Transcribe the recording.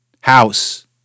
House